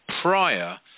prior